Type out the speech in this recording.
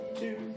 two